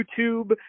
YouTube